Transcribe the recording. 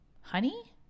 honey